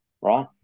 Right